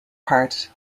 part